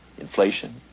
inflation